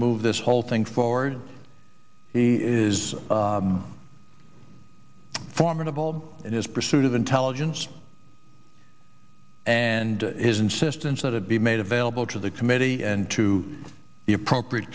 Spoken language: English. move this whole thing forward he is formidable and his pursuit of intelligence and his insistence that it be made available to the committee and to the appropriate